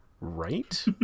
Right